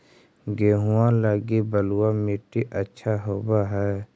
गेहुआ लगी बलुआ मिट्टियां अच्छा होव हैं?